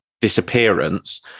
disappearance